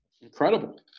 Incredible